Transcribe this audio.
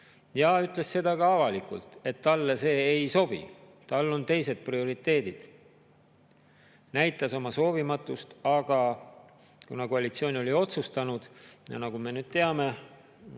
ja ütles ka avalikult, et talle see ei sobi, tal on teised prioriteedid, näitas oma soovimatust selle suhtes. Aga kuna koalitsioon oli otsustanud – ja nagu me nüüd teame,